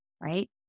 right